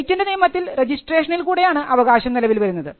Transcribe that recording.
patent നിയമത്തിൽ രജിസ്ട്രേഷനിൽ കൂടെയാണ് അവകാശം നിലവിൽ വരുന്നത്